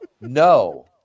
no